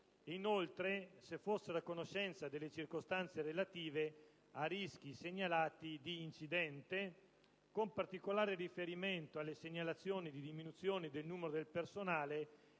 inoltre, se essi fossero a conoscenza delle circostanze relative a rischi segnalati di incidente, con particolare riferimento alle segnalazioni di diminuzioni del numero del personale